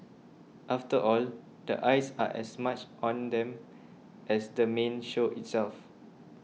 after all the eyes are as much on them as the main show itself